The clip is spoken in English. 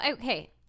okay